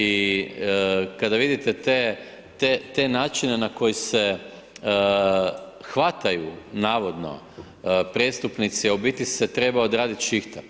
I kada vidite te načine na koje se hvataju navodno prestupnici a u biti se treba odraditi šihta.